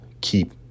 keep